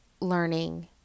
learning